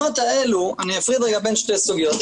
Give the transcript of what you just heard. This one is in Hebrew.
אני אפריד בין שתי סוגיות.